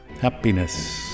Happiness